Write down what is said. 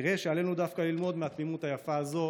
נראה שעלינו דווקא ללמוד מהתמימות היפה הזו